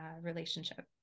relationship